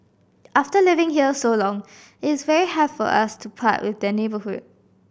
after living here so long it is very hard for us to part with the neighbourhood